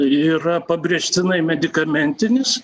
yra pabrėžtinai medikamentinis